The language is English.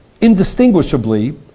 indistinguishably